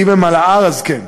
אם הם על ההר, אז כן.